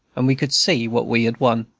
and we could see what we had won.